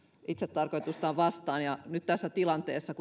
itse tarkoitustaan vastaan ja kun nyt toimimme tässä tilanteessa